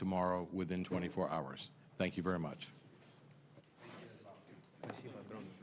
tomorrow within twenty four hours thank you very much